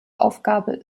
aufgabe